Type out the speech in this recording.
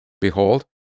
Behold